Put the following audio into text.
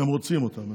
הם רוצים אותם.